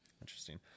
Interesting